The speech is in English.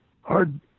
hard